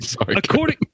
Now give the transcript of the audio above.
According